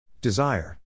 Desire